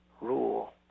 rule